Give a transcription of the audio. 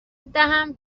دهم